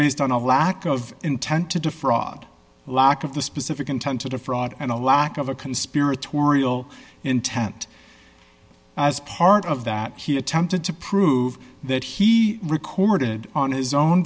based on a lack of intent to defraud lack of the specific intent to defraud and a lack of a conspiratorial intent as part of that he attempted to prove that he recorded on his own